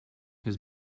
his